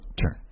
turn